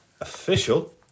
official